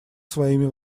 своими